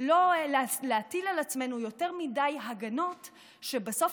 לא להטיל על עצמנו יותר מדי הגנות שבסוף